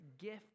gift